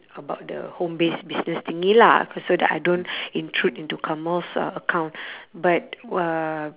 about the home based business thingy lah cause so that I don't intrude into uh account but uh